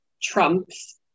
trumps